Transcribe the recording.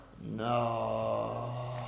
No